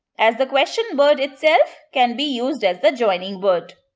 as the question-word itself can be used as the joining word.